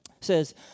says